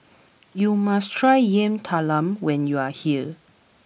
you must try Yam Talam when you are here